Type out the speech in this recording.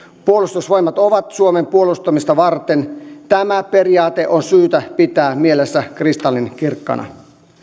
puolustusvoimat ovat suomen puolustamista varten tämä periaate on syytä pitää mielessä kristallinkirkkaana